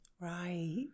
Right